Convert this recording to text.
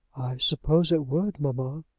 suppose it would, mamma.